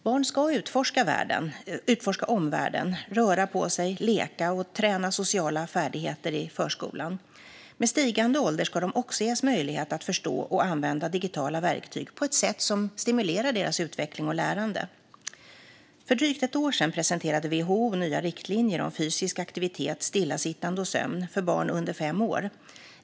Barn ska utforska omvärlden, röra på sig, leka och träna sociala färdigheter i förskolan. Med stigande ålder ska de också ges möjlighet att förstå och använda digitala verktyg på ett sätt som stimulerar deras utveckling och lärande. För drygt ett år sedan presenterade WHO nya riktlinjer om fysisk aktivitet, stillasittande och sömn för barn under fem år.